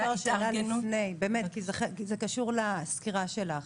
אם אפשר שאלה לפני, כי זה קשור לסקירה שלך.